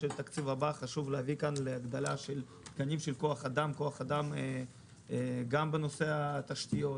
ובתקציב הבא חשוב להביא להגדלת תקנים של כוח אדם גם בנושא התשתיות,